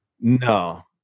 No